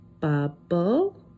bubble